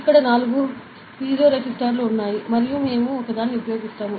ఇక్కడ నాలుగు పైజోరెసిస్టర్లు ఉన్నాయి మరియు మేము ఒకదాన్ని ఉపయోగిస్తాము